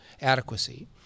adequacy